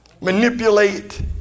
manipulate